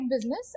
business